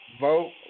Vote